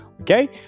okay